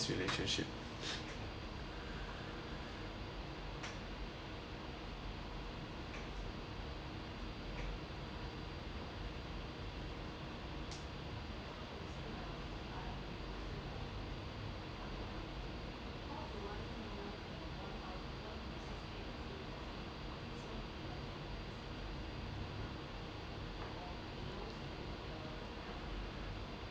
mm